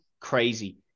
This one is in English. crazy